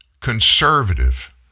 conservative